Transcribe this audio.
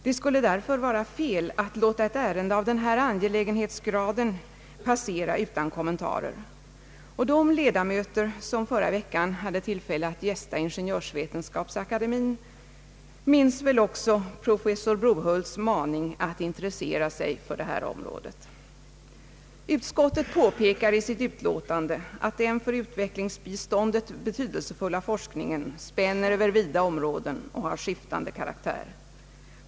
Det skulle därför vara fel att låta ett ärende av den här angelägenhetsgraden passera utan kommentarer. De ledamöter som förra veckan hade tillfälle att gästa Ingeniörsvetenskapsaka demien minns väl också professor Brohults maning att intressera sig för detta område. Utskottet påpekar i sitt utlåtande att den för utvecklingsbiståndet betydelsefulla forskningen spänner över vida områden och har skiftande karaktär.